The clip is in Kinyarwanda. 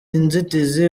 inzitizi